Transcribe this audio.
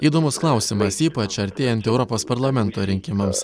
įdomus klausimas ypač artėjant europos parlamento rinkimams